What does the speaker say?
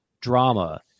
drama